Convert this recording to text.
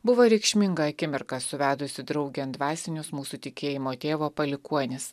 buvo reikšminga akimirka suvedusi draugėn dvasinius mūsų tikėjimo tėvo palikuonis